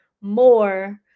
more